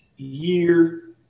year